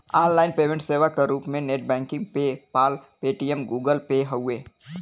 online payment सेवा क रूप में net banking PayPal, Paytm, Google Pay हउवे